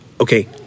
okay